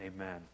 Amen